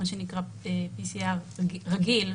מה שנקרא PCR רגיל,